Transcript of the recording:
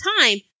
time